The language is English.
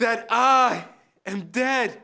that i am dead